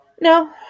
No